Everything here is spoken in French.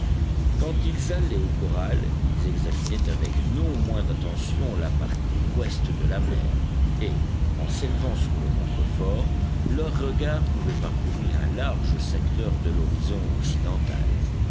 quand ils allaient au corral ils examinaient avec non moins d'attention la partie ouest de la mer et en s'élevant sur le contrefort leur regard pouvait parcourir un large secteur de l'horizon occidental